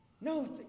No